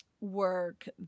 work